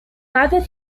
neither